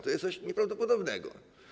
To jest coś nieprawdopodobnego.